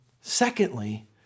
Secondly